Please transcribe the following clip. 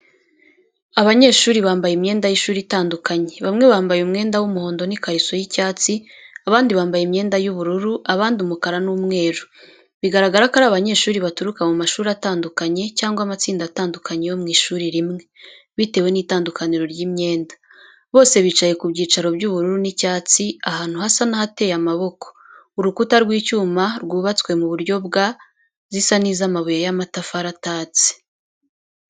Abanyeshuri bambaye imyenda y’ishuri itandukanye: bamwe bambaye umwenda w’umuhondo n’ikariso y’icyatsi, abandi bambaye imyenda y’ubururu, abandi umukara n’umweru. Bigaragara ko ari abanyeshuri baturuka mu mashuri atandukanye cyangwa amatsinda atandukanye yo mu ishuri rimwe, bitewe n’itandukaniro ry’imyenda. Bose bicaye ku byicaro by’ubururu n’icyatsi, ahantu hasa n’ahateye amaboko. Urukuta rw’inyuma rwubatswe mu buryo bwa, zisa n’iza amabuye y’amatafari atatse.